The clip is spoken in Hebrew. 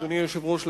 אדוני היושב-ראש,